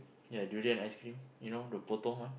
ya durian ice-cream you know the Potong one